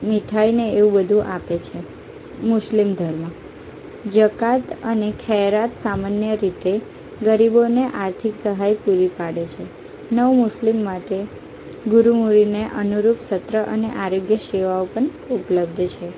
મીઠાઈ ને એવું બધું આપે છે મુસ્લિમ ધર્મ જકાત અને ખેરાત સામાન્ય રીતે ગરીબોને આર્થિક સહાય પૂરી પાડે છે નવ મુસ્લિમ માટે ગુરૂમુરીને અનુરૂપ સત્ર અને આરોગ્ય સેવાઓ પણ ઉપલબ્ધ છે